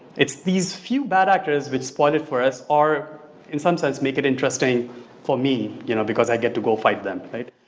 it's these few bad actors which spoil it for us or in some sense make it interesting for me you know? because i get to go fight them right?